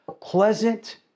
Pleasant